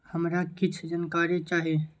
हमरा कीछ जानकारी चाही